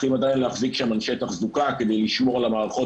צריכים עדיין להחזיק אנשי תחזוקה כדי לשמור על המערכות